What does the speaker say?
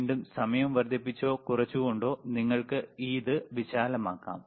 വീണ്ടും സമയം വർദ്ധിപ്പിച്ചോ കുറച്ചുകൊണ്ടോ നിങ്ങൾക്ക് ഇത് വിശാലമാക്കാം